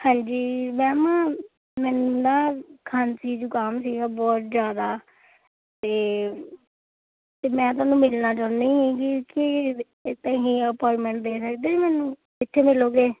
ਹਾਂਜੀ ਮੈਮ ਮੈਨੂੰ ਨਾ ਖਾਂਸੀ ਜੁਖਾਮ ਸੀਗਾ ਬਹੁਤ ਜ਼ਿਆਦਾ ਅਤੇ ਅਤੇ ਮੈਂ ਤੁਹਾਨੂੰ ਮਿਲਣਾ ਚਾਹੁੰਦੀ ਸੀ ਕੀ ਤੁਸੀਂ ਅਪੋਆਇੰਟਮੈਂਟ ਦੇ ਸਕਦੇ ਹੋ ਮੈਨੂੰ ਕਿੱਥੇ ਮਿਲੋਗੇ